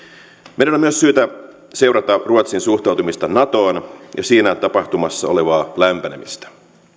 meidän on myös syytä seurata ruotsin suhtautumista natoon ja siinä tapahtumassa olevaa lämpenemistä